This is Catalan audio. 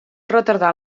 retardar